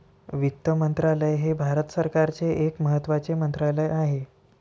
वित्त मंत्रालय हे भारत सरकारचे एक महत्त्वाचे मंत्रालय आहे